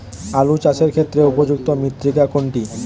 আলু চাষের ক্ষেত্রে উপযুক্ত মৃত্তিকা কোনটি?